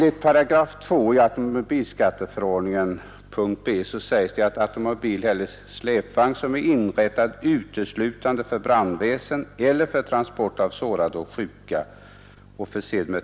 I 28 automobilskatteförordningen stadgas i mom. b skattebefrielse för ”automobil eller släpvagn, som är inrättad uteslutande för brandväsen eller för transport av sårade eller sjuka”.